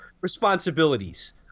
responsibilities